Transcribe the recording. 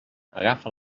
agafa